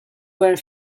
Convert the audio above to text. were